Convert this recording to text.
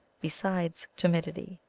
besides timidity,